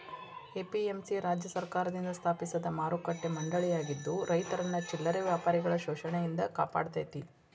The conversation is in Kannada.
ಎ.ಪಿ.ಎಂ.ಸಿ ರಾಜ್ಯ ಸರ್ಕಾರದಿಂದ ಸ್ಥಾಪಿಸಿದ ಮಾರುಕಟ್ಟೆ ಮಂಡಳಿಯಾಗಿದ್ದು ರೈತರನ್ನ ಚಿಲ್ಲರೆ ವ್ಯಾಪಾರಿಗಳ ಶೋಷಣೆಯಿಂದ ಕಾಪಾಡತೇತಿ